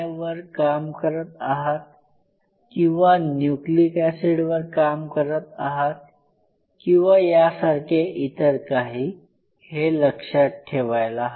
वर काम करत आहात किंवा न्यूक्लिक एसिडवर काम करत आहात किंवा यासारखे इतर काही हे लक्षात ठेवायला हवे